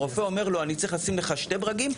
הרופא אומר לו אני צריך לשים לך שני ברגים.